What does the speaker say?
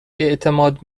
اعتماد